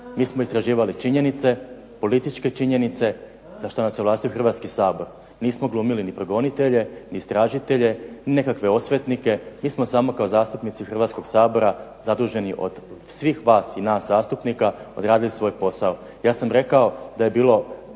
Mi smo istražili činjenice, političke činjenice za što nas je ovlastio Hrvatski sabor. Nismo glumili ni progonitelje ni istražitelje nekakve osvetnike, mi smo samo kao zastupnici Hrvatskog sabora zaduženi od svih nas i vas zastupnika odradili svoj posao. Ja sam rekao da je bilo